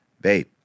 Babe